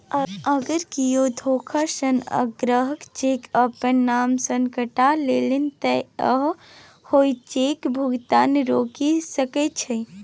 अगर कियो धोखासँ अहाँक चेक अपन नाम सँ कटा लेलनि तँ अहाँ ओहि चेकक भुगतान रोकि सकैत छी